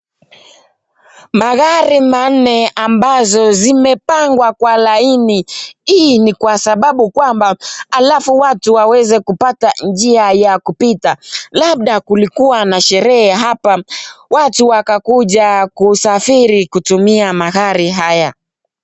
Magari manne ambazo zimepangwa kwa laini, hii ni kwa sababu kwamba halafu watu waweze kupata njia ya kupita. Labda kulikuwa na sherehe hapa watu wakakuja kusafiri kutumia magari haya.